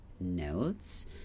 notes